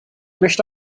möchte